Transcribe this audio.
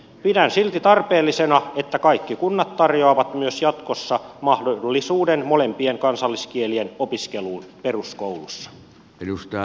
pidän silti tarpeellisena että kaikki kunnat tarjoavat myös jatkossa mahdollisuuden molempien kansalliskielien opiskeluun peruskoulussa